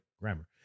Grammar